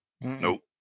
Nope